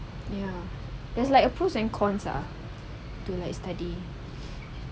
ya it's like pros and cons lah to like study